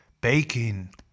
baking